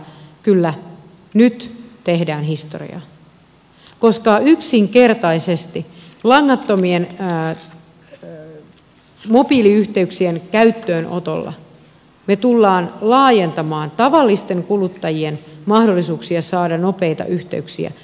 kyllä nyt tehdään historiaa koska yksinkertaisesti langattomien mobiiliyhteyksien käyttöönotolla me tulemme laajentamaan merkittävästi tavallisten kuluttajien mahdollisuuksia saada nopeita yhteyksiä